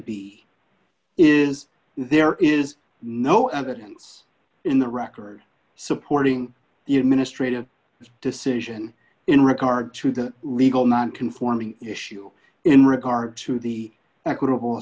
be is there is no evidence in the record supporting the administrative decision in regard to the legal non conforming issue in regard to the equitable